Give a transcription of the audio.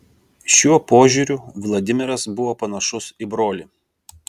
šiuo požiūriu vladimiras buvo panašus į brolį